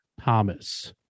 Thomas